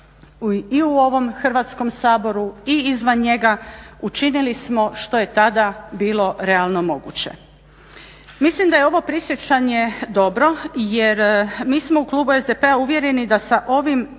i u ovom Hrvatskom saboru i izvan njega učinili smo što je tada bilo realno moguće. Mislim da je ovo prisjećanje dobro, jer mi smo u klubu SDP-a uvjereni da sa ovim